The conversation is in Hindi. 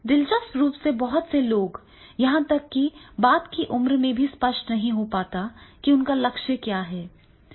दिलचस्प रूप से बहुत से लोग यहां तक कि बाद की उम्र में भी बहुत स्पष्ट नहीं हैं कि उनका लक्ष्य क्या है